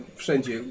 wszędzie